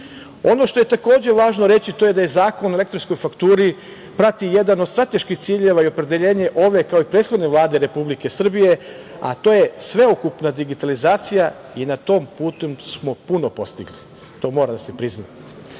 što je takođe važno reći to je da Zakon o elektronskoj fakturi prati jedan od strateških ciljeva i opredeljenje ove kao i prethodne Vlade Republike Srbije, a to je sveukupna digitalizacija, i na tom putu smo puno postigli. To mora da se